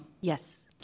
Yes